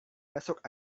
besok